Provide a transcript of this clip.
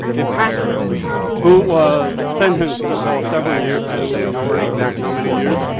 a pastor who was sentenced for several years, i don't remember exact how many years,